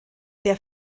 der